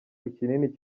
ikinini